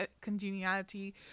Congeniality